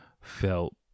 felt